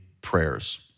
prayers